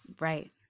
right